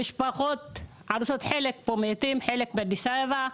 המשפחות חלק פה מתים, חלק באדיס אבבה.